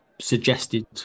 suggested